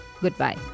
goodbye